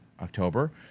October